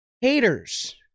haters